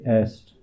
est